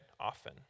often